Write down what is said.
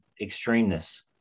extremeness